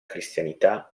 cristianità